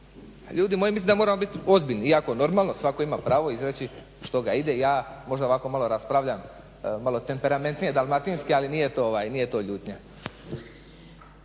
ljudi mislim da moramo biti ozbiljni, iako normalno svatko ima pravo izreći što ga ide, ja možda ovako malo raspravljam malo temperamentnije dalmatinski, ali nije to ljutnja.